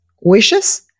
wishes